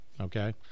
okay